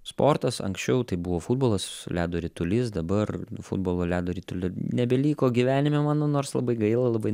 sportas anksčiau tai buvo futbolas ledo ritulys dabar futbolo ledo ritulio nebeliko gyvenime mano nors labai gaila labai